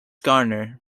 garner